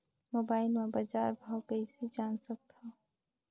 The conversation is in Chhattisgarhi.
मोबाइल म बजार भाव कइसे जान सकथव?